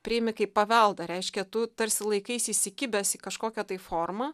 priėmi kaip paveldą reiškia tu tarsi laikaisi įsikibęs į kažkokią tai formą